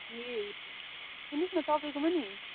ए हो सुन्नुुहोस् न तपाईँकोमा नि